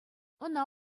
ӑна